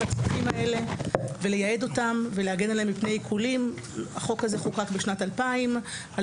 הכספים האלה מפני עיקולים ולייעד אותם,